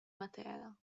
matera